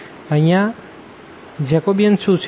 અહીંયા જેકોબિયન શું છે